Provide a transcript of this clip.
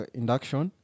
induction